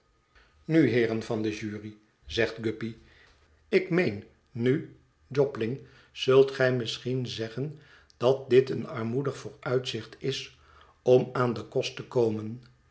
nu heeren van de jury zegt guppy ik meen nu jobling zult gij misschien zeggen dat dit een armoedig vooruitzicht is om aan den kost te komen